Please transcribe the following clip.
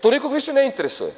To nikog više ne interesuje.